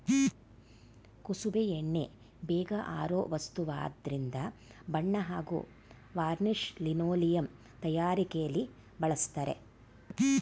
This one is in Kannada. ಕುಸುಬೆ ಎಣ್ಣೆ ಬೇಗ ಆರೋ ವಸ್ತುವಾದ್ರಿಂದ ಬಣ್ಣ ಹಾಗೂ ವಾರ್ನಿಷ್ ಲಿನೋಲಿಯಂ ತಯಾರಿಕೆಲಿ ಬಳಸ್ತರೆ